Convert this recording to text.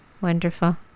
Wonderful